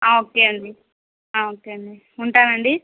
okay అండి okay అండి ఉంటానండి